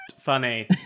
funny